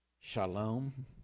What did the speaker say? shalom